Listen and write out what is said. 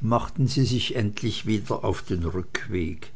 machten sie sich endlich wieder auf den rückweg